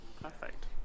perfect